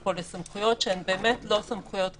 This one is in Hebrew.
פה לסמכויות שהן באמת לא סמכויות רגילות.